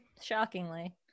shockingly